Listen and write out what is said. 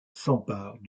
s’empare